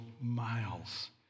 miles